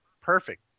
Perfect